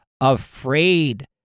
afraid